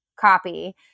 copy